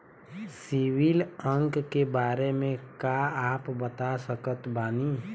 CIBIL अंक के बारे मे का आप बता सकत बानी?